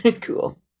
cool